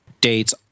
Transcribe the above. dates